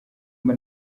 mba